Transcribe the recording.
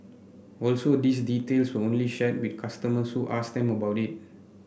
also these details were only shared with customers who asked them about it